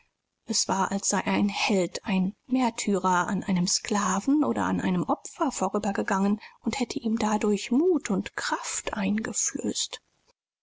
es war als sei ein held ein märtyrer an einem sklaven oder an einem opfer vorübergegangen und hätte ihm dadurch mut und kraft eingeflößt